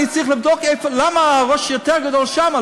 אני צריך לבדוק למה הראש יותר גדול שם,